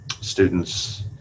students